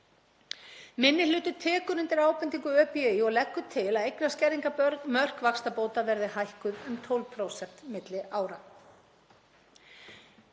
minni hluti tekur undir ábendingu ÖBÍ og leggur til að eignarskerðingarmörk vaxtabóta verði hækkuð um 12% milli ára.